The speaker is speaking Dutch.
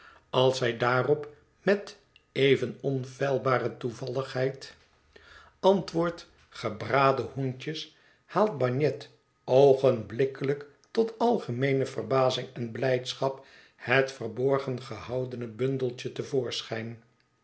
als zij daarop met even onfeilbare toevalligheid antwoordt gebraden hoentjes haalt bagnet oogenblikkelijk tot algemeene verbazing en blijdschap het verborgen gehoudene bundeltje